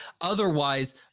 otherwise